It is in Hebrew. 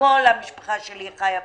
שכל המשפחה שלה חיה בנצרת,